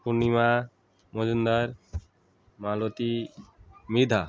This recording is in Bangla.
পূর্ণিমা মজুমদার মালতি মৃধা